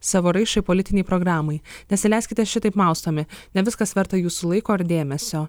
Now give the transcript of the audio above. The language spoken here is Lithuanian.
savo raišai politinei programai nesileiskite šitaip maustomi ne viskas verta jūsų laiko ir dėmesio